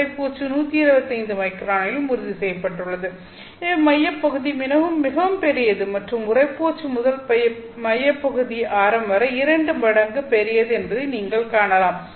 உறைப்பூச்சு 125 மைக்ரானிலும் உறுதி செய்யப்பட்டுள்ளது எனவே மையப்பகுதி மிகவும் பெரியது மற்றும் உறைப்பூச்சு முதல் மையப்பகுதி ஆரம் வரை இரண்டு மடங்கு பெரியது என்பதை நீங்கள் காணலாம்